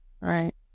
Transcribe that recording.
Right